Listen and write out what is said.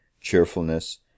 cheerfulness